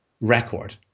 record